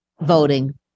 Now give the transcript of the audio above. voting